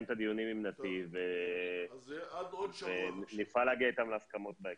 את הדיונים עם נתיב ונפעל להגיע איתם להסכמות בהקדם.